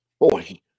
boy